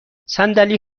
صندلی